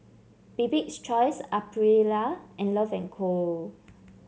Bibik's Choice Aprilia and Love and Co